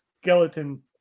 Skeleton